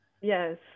Yes